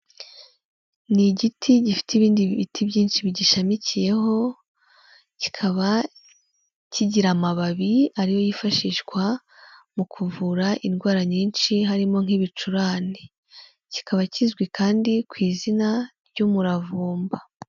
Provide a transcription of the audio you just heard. Ni igiti gifite ibindi biti byinshi bigishamikiyeho, kikaba kigira amababi ariyo yifashishwa mu kuvura indwara nyinshi, harimo nk'ibicurane. Kikaba kizwi kandi ku izina ry'umuravumba.